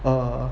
err